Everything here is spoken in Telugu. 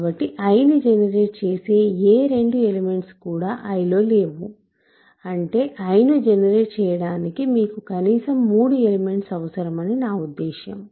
కాబట్టి I ని జనరేట్ చేసే ఏ 2 ఎలిమెంట్స్ కూడా I లో లేవు అంటే I ను జనరేట్ చేయడానికి మీకు కనీసం మూడు ఎలిమెంట్స్ అవసరమని నా ఉద్దేశ్యం